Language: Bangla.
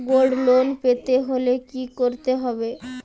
গোল্ড লোন পেতে হলে কি করতে হবে?